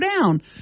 down